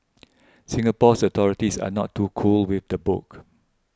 Singapore's authorities are not too cool with the book